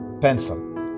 pencil